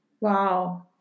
Wow